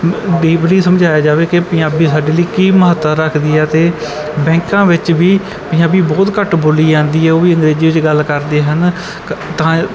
deeply ਸਮਝਾਇਆ ਜਾਵੇ ਕਿ ਪੰਜਾਬੀ ਸਾਡੇ ਲਈ ਕੀ ਮਹੱਤਤਾ ਰੱਖਦੀ ਹੈ ਅਤੇ ਬੈਂਕਾਂ ਵਿੱਚ ਵੀ ਪੰਜਾਬੀ ਬਹੁਤ ਘੱਟ ਬੋਲੀ ਜਾਂਦੀ ਹੈ ਉਹ ਵੀ ਅੰਗਰੇਜ਼ੀ ਵਿੱਚ ਗੱਲ ਕਰਦੇ ਹਨ ਤਾਂ